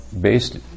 based